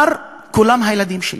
כולם הילדים שלי,